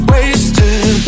Wasted